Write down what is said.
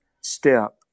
step